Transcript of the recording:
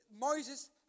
Moses